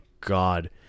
god